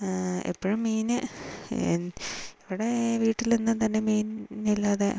എപ്പോഴും മീൻ ഇവിടെ വീട്ടിലൊന്നും തന്നെ മീനില്ലാതെ